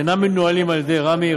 ואינם מנוהלים על ידי רמ"י,